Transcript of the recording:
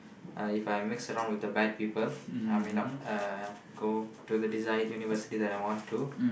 uh If I mix around with the bad people I may not uh go to the desired university that I want to